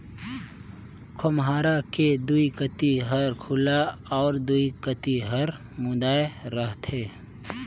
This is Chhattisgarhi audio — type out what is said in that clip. खोम्हरा के दुई कती हर खुल्ला अउ दुई कती हर मुदाए रहथे